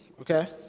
okay